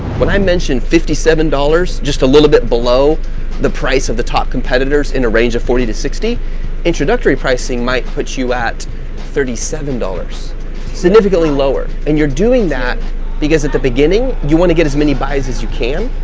when i mentioned fifty seven dollars, just a little bit below the price of the top competitors in a range of forty to sixty introductory pricing might put you at thirty seven dollars significantly lower, and you're doing that because at the beginning, you want to get as many buys as you can,